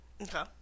Okay